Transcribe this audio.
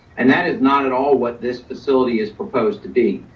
and that is not at all what this facility is proposed to be.